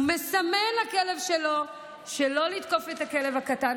הוא מסמן לכלב שלו שלא לתקוף את הכלב הקטן,